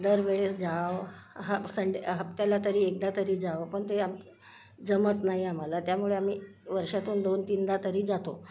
दरवेळेस जावं ह संडे हप्त्याला तरी एकदा तरी जावं पण ते आप जमत नाही आम्हाला त्यामुळे आम्ही वर्षातून दोन तीनदा तरी जातो